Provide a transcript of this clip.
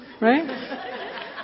Right